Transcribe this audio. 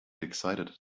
excited